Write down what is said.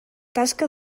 tasca